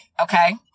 Okay